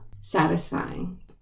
satisfying